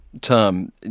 term